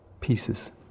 Pieces